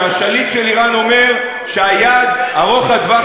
שהשליט של איראן אומר שהיעד ארוך-הטווח